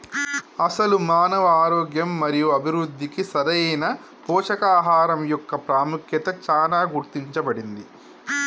అసలు మానవ ఆరోగ్యం మరియు అభివృద్ధికి సరైన పోషకాహరం మొక్క పాముఖ్యత చానా గుర్తించబడింది